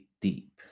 deep